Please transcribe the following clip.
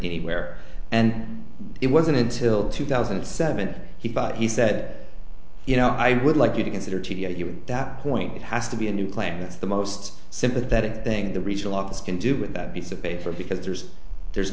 anywhere and it wasn't until two thousand and seven he bought he said you know i would like you to consider t d i during that point it has to be a new claim it's the most sympathetic thing the regional office can do with that piece of paper because there's there's